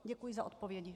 Děkuji za odpovědi.